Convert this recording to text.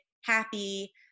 happy